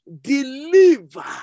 deliver